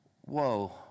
Whoa